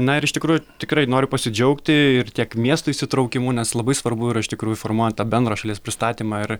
na ir iš tikrųjų tikrai noriu pasidžiaugti ir tiek miestų įsitraukimu nes labai svarbu yra iš tikrųjų formuojant tą bendrą šalies pristatymą ir